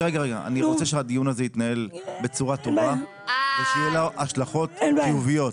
אני רוצה שהדיון הזה יתנהל בצורה טובה ושיהיו לו השלכות חיוביות,